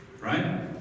right